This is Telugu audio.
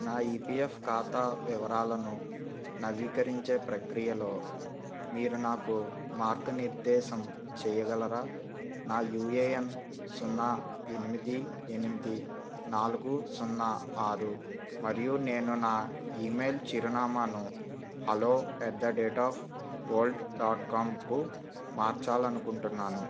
నా ఈ పీ ఎఫ్ ఖాతా వివరాలను నవీకరించే ప్రక్రియలో మీరు నాకు మార్గనిర్దేశం చేయగలరా నా యూ ఏ ఎన్ సున్నా ఎనిమిది ఎనిమిది నాలుగు సున్నా ఆరు మరియు నేను నా ఈమెయిల్ చిరునామాను hello at the rate of world dot కాంకు మార్చాలనుకుంటున్నాను